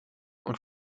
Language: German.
und